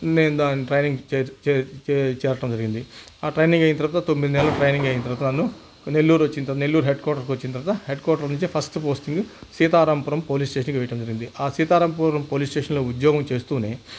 నేను దానిని ట్రైనింగ్ చే చే చేయ చేరటం జరిగింది ఆ ట్రైనింగ్ అయిన తర్వాత తొమ్మిది నెలలు ట్రైనింగ్ అయిన తర్వాత నన్ను నెల్లూరు వచ్చిన తర్వాత నెల్లూరు హెడ్ క్వార్టర్ కి వచ్చిన తర్వాత హెడ్ క్వార్టర్ నుండే ఫస్ట్ పోస్టింగ్ సీతారాం పోలీస్ స్టేషన్లో ఆ సీతారాంపురం పోలీస్ స్టేషన్లో ఉద్యోగం చేస్తూ